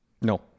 No